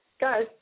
Guys